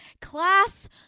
class